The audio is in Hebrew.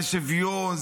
זה שוויון,